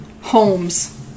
homes